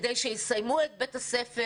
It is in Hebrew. כדי שיסיימו את בית הספר,